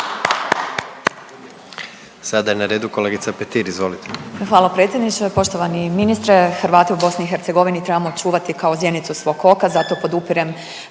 Sada je na redu kolegica Petir, izvolite. **Petir, Marijana (Nezavisni)** Hvala predsjedniče. Poštovani ministre, Hrvate u BIH trebamo čuvati kao zjenicu svog oka zato podupirem